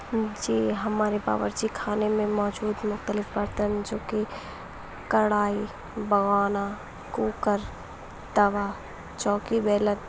جی ہمارے باورچی خانے میں موجود مختلف برتن جو کہ کڑھائی بگونا کوکر توا چوکی بیلن